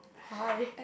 hi